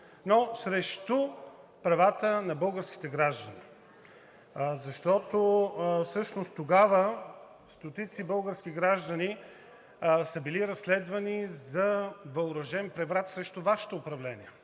но срещу правата на българските граждани, защото всъщност тогава стотици български граждани са били разследвани за въоръжен преврат срещу Вашето управление.